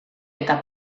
eta